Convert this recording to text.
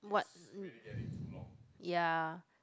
what ya